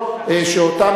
הכנסת